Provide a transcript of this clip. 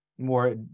more